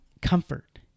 Comfort